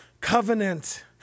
covenant